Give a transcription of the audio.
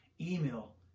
email